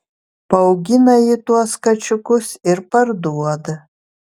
paaugina ji tuos kačiukus ir parduoda